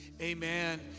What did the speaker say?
amen